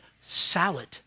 salad